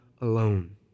alone